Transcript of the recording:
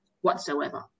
whatsoever